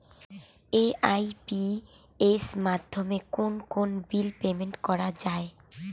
AEPS মাধ্যমে কোন কোন বিল পেমেন্ট করা যায়?